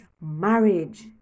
marriage